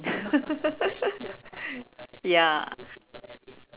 ya